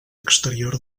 exterior